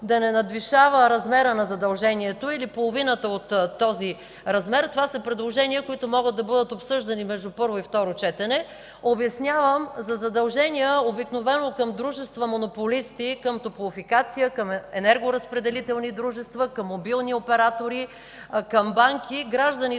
да не надвишава размера на задължението или половината от този размер. Това са предложения, които могат да бъдат обсъждани между първо и второ четене. Обяснявам, за задължения обикновено към дружества монополисти – към „Топлофикация”, към енергоразпределителни дружества, към мобилни оператори, към банки, гражданите